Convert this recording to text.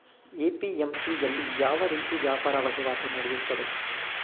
APMC ಯಲ್ಲಿ ಯಾವ ರೀತಿ ವ್ಯಾಪಾರ ವಹಿವಾಟು ನೆಡೆಯುತ್ತದೆ?